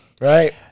Right